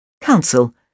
Council